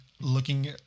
looking